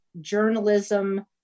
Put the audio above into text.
journalism